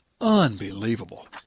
Unbelievable